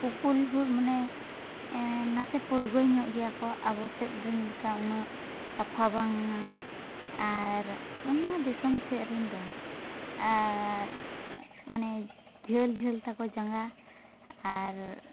ᱯᱩᱯᱩᱞᱦᱩᱫ ᱢᱟᱱᱮ ᱱᱟᱥᱮ ᱯᱚᱫᱽᱜᱚᱭ ᱧᱚᱜ ᱜᱮᱭᱟ ᱠᱚ ᱟᱵᱚᱥᱮᱫ ᱨᱮᱱ ᱞᱮᱠᱟ ᱩᱱᱟᱹᱜ ᱥᱟᱯᱷᱟ ᱵᱟᱝᱟ ᱟᱨ ᱚᱱᱟ ᱫᱤᱥᱚᱢ ᱥᱮᱫ ᱨᱮᱱ ᱫᱚ ᱟᱨ ᱢᱟᱱᱮ ᱡᱷᱟᱹᱞ ᱡᱷᱟᱹᱞ ᱛᱟᱠᱚ ᱡᱟᱸᱜᱟ ᱟᱨ